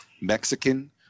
Mexican